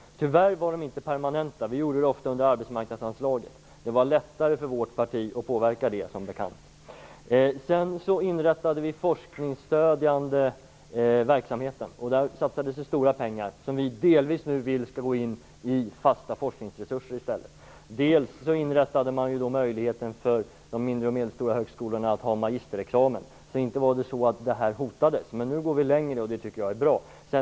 Tyvärr var de inte permanenta. De gick ofta via arbetsmarknadsanslaget, vilket var lättare att påverka för vårt parti, som bekant. Vidare inrättade vi den forskningsstödjande verksamheten. Där satsades stora pengar, som vi nu vill delvis skall gå in i fasta forskningsresurser i stället. Dessutom inrättades möjligheten för de mindre och medelstora högskolorna att ha en magisterexamen, så inte var det så att detta hotades. Men nu går vi längre, och det tycker jag är bra.